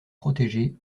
protéger